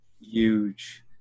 Huge